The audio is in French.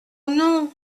non